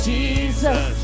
Jesus